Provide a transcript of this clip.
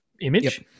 image